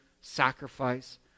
sacrifice